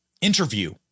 interview